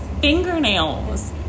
fingernails